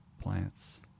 plants